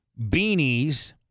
beanies